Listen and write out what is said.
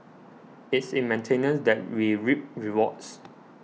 it's in maintenance that we reap rewards